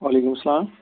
وعلیکُم سلام